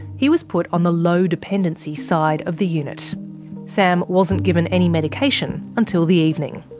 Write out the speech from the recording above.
he was put on the low-dependency side of the unit sam wasn't given any medication until the evening.